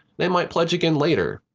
they might pledge again later.